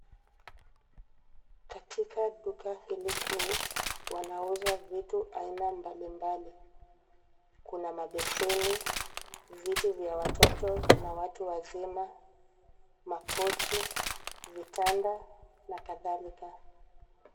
Katika duka hili kuu, wanauza vitu aina mbalimbali. Kuna mabeseni, viti vya watoto na watu wazima, makochi vitanda na kadhalika.